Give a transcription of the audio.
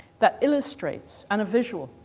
that illustrates, and visual,